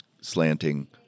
slanting